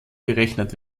berechnet